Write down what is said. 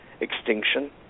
extinction